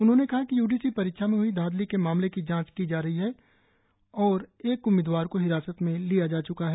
उन्होंने कहा कि यू डी सी परीक्षा में हई धांधली के मामले की जांच जारी है और एक उम्मीदवार को हिरासत में लिया जा चुका है